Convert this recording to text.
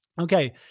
Okay